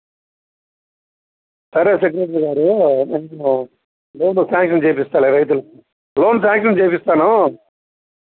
సరే సెక్రెట్రీ గారు నేను లోన్ శాంక్షన్ చేపిస్తాను రైతులకు లోన్ శాంక్షన్ చేపిస్తాను